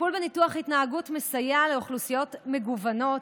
טיפול בניתוח התנהגות מסייע לאוכלוסיות מגוונות,